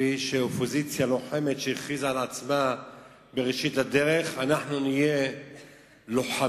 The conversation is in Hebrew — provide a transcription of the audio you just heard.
כאופוזיציה לוחמת שהכריזה על עצמה בראשית הדרך: אנחנו נהיה לוחמים,